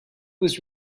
was